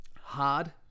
Hard